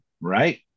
right